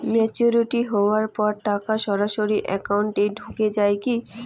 Maturity হওয়ার পর টাকা সরাসরি একাউন্ট এ ঢুকে য়ায় কি?